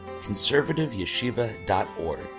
conservativeyeshiva.org